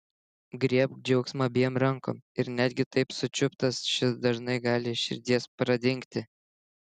griebk džiaugsmą abiem rankom ir netgi taip sučiuptas šis dažnai gali iš širdies pradingti